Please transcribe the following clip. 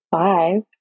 five